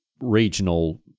regional